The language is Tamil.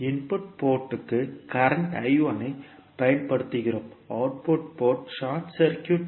இன்புட் போர்ட் க்கு கரண்ட் ஐப் பயன்படுத்துகிறோம் அவுட்புட் போர்ட் ஷார்ட் சர்க்யூட்